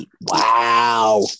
Wow